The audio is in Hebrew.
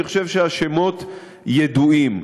אני חושב שהשמות ידועים.